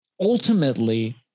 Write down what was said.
ultimately